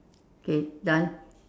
okay done